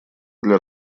для